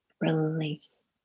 Release